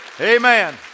Amen